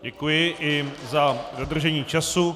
Děkuji i za dodržení času.